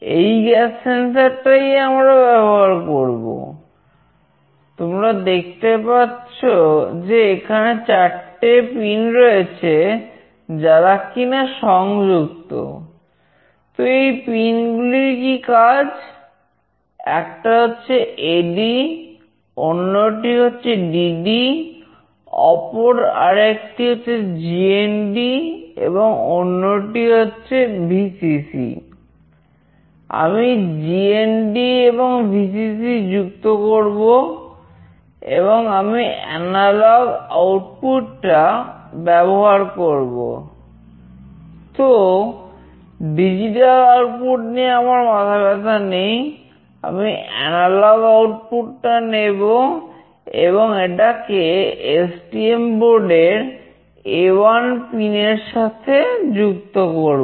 এই gas sensor A1 পিনের সাথে যুক্ত করবো